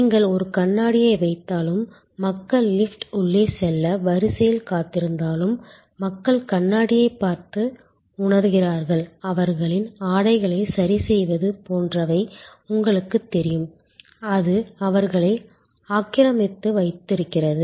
நீங்கள் ஒரு கண்ணாடியை வைத்தாலும் மக்கள் லிஃப்ட் உள்ளே செல்ல வரிசையில் காத்திருந்தாலும் மக்கள் கண்ணாடியைப் பார்த்து உணர்கிறார்கள் அவர்களின் ஆடைகளை சரிசெய்வது போன்றவை உங்களுக்குத் தெரியும் அது அவர்களை ஆக்கிரமித்து வைத்திருக்கிறது